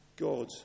God